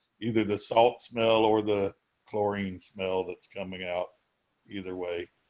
either the salt smell or the chlorine smell that's coming out either way.